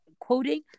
quoting